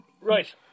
Right